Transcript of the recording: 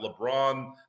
LeBron